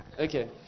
Okay